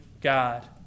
God